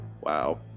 Wow